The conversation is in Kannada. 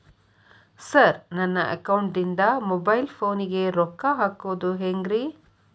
ಸರ್ ನನ್ನ ಅಕೌಂಟದಿಂದ ಮೊಬೈಲ್ ಫೋನಿಗೆ ರೊಕ್ಕ ಹಾಕೋದು ಹೆಂಗ್ರಿ?